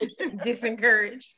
Disencourage